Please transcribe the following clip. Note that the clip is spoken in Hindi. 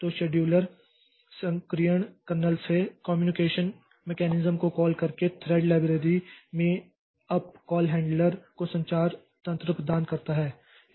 तो शेड्यूलर सक्रियण कर्नेल से कम्युनिकेशन मैकेनिज्म को कॉल करके थ्रेड लाइब्रेरी में अप कॉल हैंडलर को संचार तंत्र प्रदान करता है